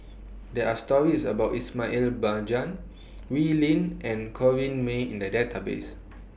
There Are stories about Ismail Wee Lin and Corrinne May in The Database